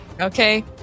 Okay